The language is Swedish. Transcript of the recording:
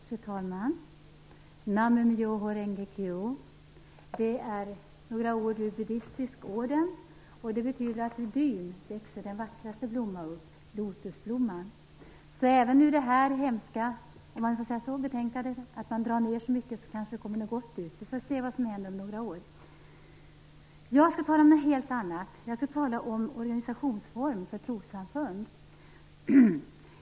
Fru talman! Na mu myo ho rengekyo. Det är några ord ur en buddistisk orden. Det betyder att ur dyn växer den vackraste blomman upp, Lotusblomman. Så även ur det här hemska betänkandet, om man får säga så, där det dras ned så mycket kanske det kommer något gott. Vi får se vad som händer om några år. Jag skall tala om något helt annat. Jag skall tala om organisationsform för trossamfund.